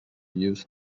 use